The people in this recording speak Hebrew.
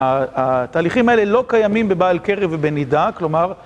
התהליכים האלה לא קיימים בבעל קרי ובנידה, כלומר...